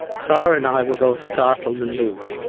sara and i were both startled and moved.